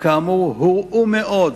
שכאמור הורעו מאוד